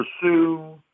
pursue